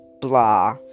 blah